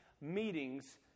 meetings